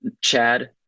Chad